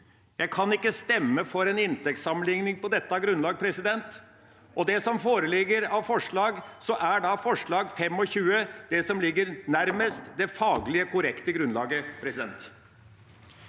Jeg kan ikke stemme for en inntektssammenligning på dette grunnlag, og når det gjelder det som foreligger av forslag, er forslag nr. 25 det som ligger nærmest det faglig korrekte grunnlaget. Presidenten